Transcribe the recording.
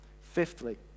Fifthly